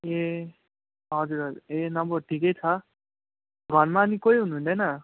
ए हजुर हजुर ए नम्बर ठिकै छ घरमा अनि कोही हुनुहुँदैन